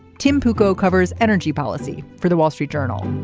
tim hugo covers energy policy for the wall street journal.